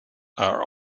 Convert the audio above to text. are